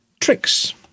tricks